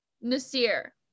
Nasir